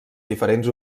diferents